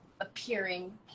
appearing